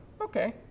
okay